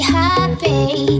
happy